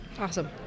Awesome